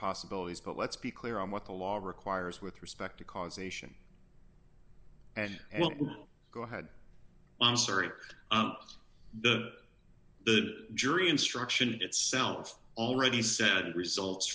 possibilities but let's be clear on what the law requires with respect to causation and well go ahead i'm sorry the the jury instruction itself already said results